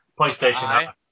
PlayStation